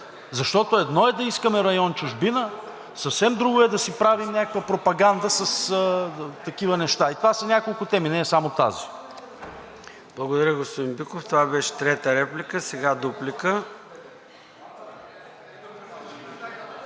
Защото едно е да искаме район „Чужбина“, съвсем друго е да си правим пропаганда с такива неща. И това са няколко теми, не е само тази.